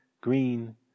green